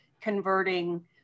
converting